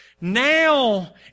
Now